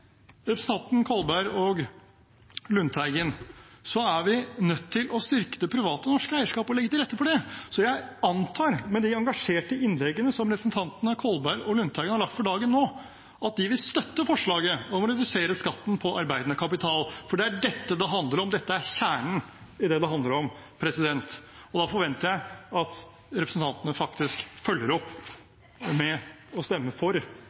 Kolberg og Lundteigen – er vi nødt til å styrke det private norske eierskapet og legge til rette for det. Jeg antar, med de engasjerte innleggene som representantene Kolberg og Lundteigen har lagt for dagen nå, at de vil støtte forslaget om å redusere skatten på arbeidende kapital, for det er dette det handler om. Dette er kjernen i det det handler om. Da forventer jeg at representantene faktisk følger opp med å stemme for